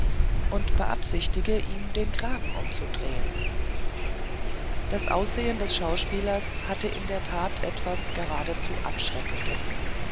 und beabsichtige ihm den kragen umzudrehen das aussehen des schauspielers hatte in der tat etwas geradezu abschreckendes